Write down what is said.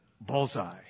bullseye